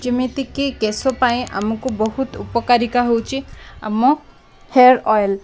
ଯେମିତିକି କେଶ ପାଇଁ ଆମକୁ ବହୁତ ଉପକାରିକା ହେଉଛି ଆମ ହେୟର୍ ଅଏଲ୍